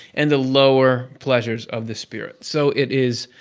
and the lower pleasures of the spirit. so it is.